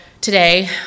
today